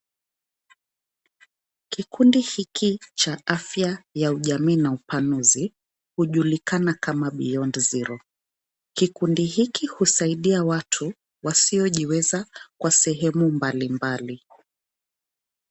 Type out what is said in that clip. Kikundi hiki cha afya ya ujamii na upanuzi hujulikana kama Beyond Zero. Kikundi hiki husaidia watu wasiojiweza kwa sehemu mbalimbali.